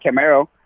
Camaro